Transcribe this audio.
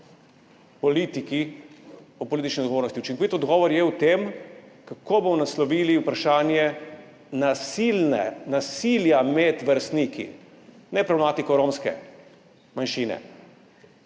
sprašujemo o politični odgovornosti. Učinkovit odgovor je v tem, kako bomo naslovili vprašanje nasilja med vrstniki, ne problematike romske manjšine.